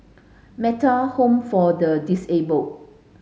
Metta Home for the Disabled